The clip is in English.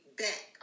back